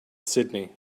sydney